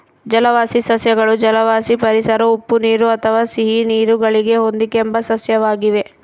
ಜಲವಾಸಿ ಸಸ್ಯಗಳು ಜಲವಾಸಿ ಪರಿಸರ ಉಪ್ಪುನೀರು ಅಥವಾ ಸಿಹಿನೀರು ಗಳಿಗೆ ಹೊಂದಿಕೆಂಬ ಸಸ್ಯವಾಗಿವೆ